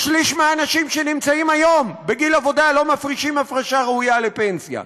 שליש מהאנשים שנמצאים היום בגיל עבודה לא מפרישים הפרשה ראויה לפנסיה.